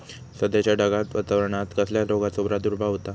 सध्याच्या ढगाळ वातावरणान कसल्या रोगाचो प्रादुर्भाव होता?